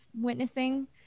witnessing